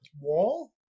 Wall